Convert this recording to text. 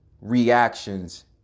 reactions